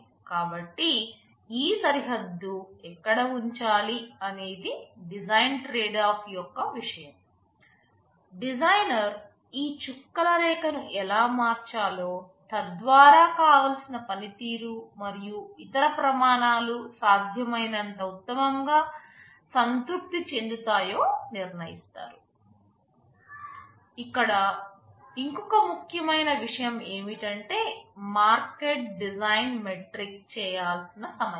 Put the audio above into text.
కాబట్టి ఈ సరిహద్దు ఎక్కడ ఉంచాలి అనేది డిజైన్ ట్రేడ్ ఆఫ్ యొక్క విషయం డిజైనర్ ఈ చుక్కల రేఖను ఎలా మార్చాలో తద్వారా కావలసిన పనితీరు మరియు ఇతర ప్రమాణాలు సాధ్యమైనంత ఉత్తమంగా సంతృప్తి చెందుతాయో నిర్ణయిస్తారు ఇక్కడ ఇంకొక ముఖ్యమైన విషయం ఏమిటి అంటే మార్కెట్ డిజైన్ మెట్రిక్ చేయాల్సిన సమయం